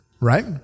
right